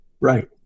Right